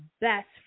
best